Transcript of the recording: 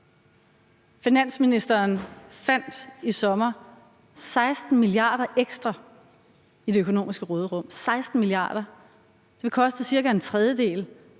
Finansministeren fandt i sommer 16 mia. kr. ekstra i det økonomiske råderum – 16 mia. kr.! Det vil koste cirka en tredjedel